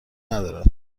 ندارد